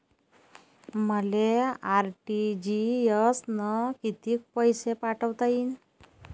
मले आर.टी.जी.एस न कितीक पैसे पाठवता येईन?